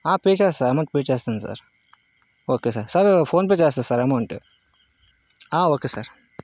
ఆ పే చేస్తాను sir amount pay చేస్తాను sir okay sir sir PhonePe చేస్తాను సార్ అమౌంట్ని ఆ ఓకే సార్